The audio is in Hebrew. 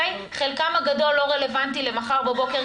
חלקם הגדול לא רלוונטי למחר בבוקר,